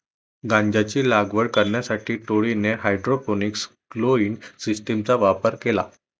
गांजाची लागवड करण्यासाठी टोळीने हायड्रोपोनिक्स ग्रोइंग सिस्टीमचा वापर केला